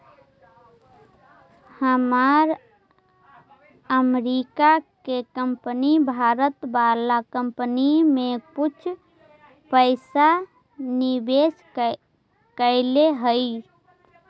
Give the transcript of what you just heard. हमार अमरीका के कंपनी भारत वाला कंपनी में कुछ पइसा निवेश कैले हइ